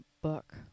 Book